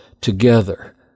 together